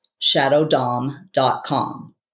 shadowdom.com